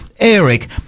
Eric